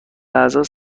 لحظات